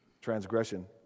transgression